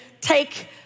take